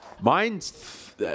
Mine's